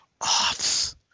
Offs